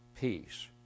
peace